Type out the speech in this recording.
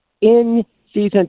in-season